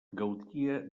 gaudia